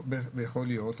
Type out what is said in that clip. יכול להיות.